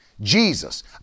Jesus